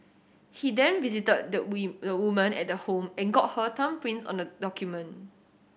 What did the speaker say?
he then visited the we the woman at the home and got her thumbprints on the document